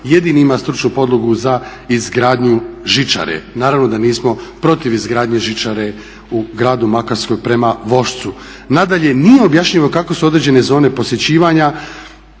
jedini ima stručnu podlogu za izgradnju žičare. Naravno da nismo protiv izgradnje žičare u gradu Makarskoj. Nadalje, nije objašnjeno kako su određene zone posjećivanja